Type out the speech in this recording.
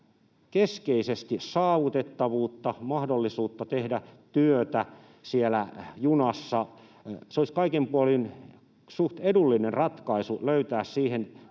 keskeisesti saavutettavuutta, mahdollisuutta tehdä työtä siellä junassa, hoidettaisiin. Olisi kaikin puolin suht edullinen ratkaisu löytää siihen